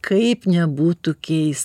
kaip nebūtų keis